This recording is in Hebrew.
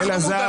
אנחנו מודרים.